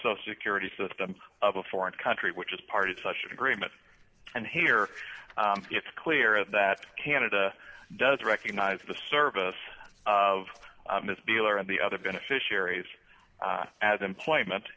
so security system of a foreign country which is part of such an agreement and here it's clear that canada does recognize the service of this dealer and the other beneficiaries as employment